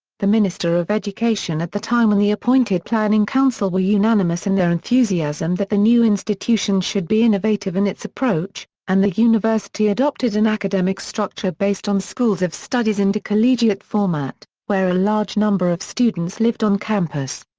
the minister of education at the time and the appointed planning council were unanimous in their enthusiasm that the new institution should be innovative in its approach, and the university adopted an academic structure based on schools of studies and a collegiate format, where a large number of students lived on campus.